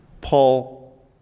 Paul